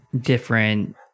different